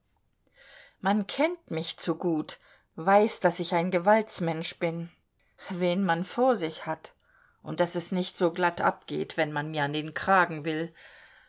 man kennt mich zu gut weiß daß ich ein gewaltsmensch bin wen man vor sich hat und daß es nicht so glatt abgeht wenn man mir an den kragen will